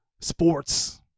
sports